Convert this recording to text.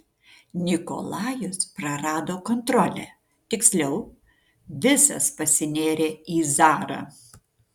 nikolajus prarado kontrolę tiksliau visas pasinėrė į zarą